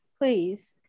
please